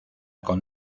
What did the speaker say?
con